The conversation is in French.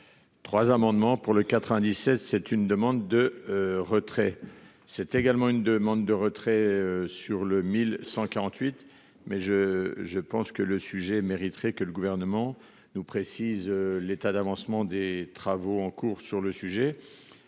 Trois amendements pour le 97. C'est une demande de retrait. C'est également une demande de retrait sur le 1148 mais je je pense que le sujet mériterait que le gouvernement nous précise l'état d'avancement des travaux en cours sur le sujet.